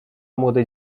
młodej